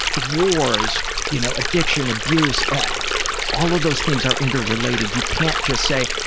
wars, you know addiction, abuse, all of those things are interrelated. you can't just say,